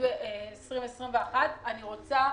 אני רוצה